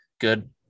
Good